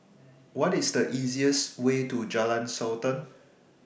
What IS The easiest Way to Jalan Sultan